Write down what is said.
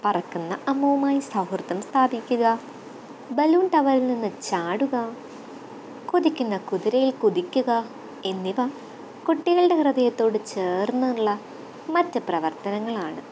പറക്കുന്ന അമ്മോമായി സൗഹൃദം സ്ഥാപിക്കുക ബലൂണ് ടവറില് നിന്നു ചാടുക കുതിക്കുന്ന കുതിരയില് കുതിക്കുക എന്നിവ കുട്ടികളുടെ ഹൃദയത്തോടു ചേര്ന്നുള്ള മറ്റു പ്രവര്ത്തനങ്ങളാണ്